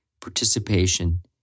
participation